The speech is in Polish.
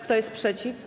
Kto jest przeciw?